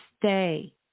stay